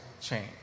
change